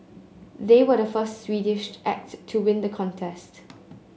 they were the first Swedish act to win the contest